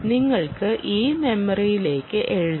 നിങ്ങൾക്ക് ഈ മെമ്മറിയിലേക്ക് എഴുതാം